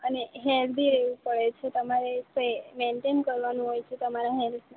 અને હેલ્ધી રહેવું પડે છે તમારે મેન્ટેન કરવાનું હોય છે તમારા હેલ્થને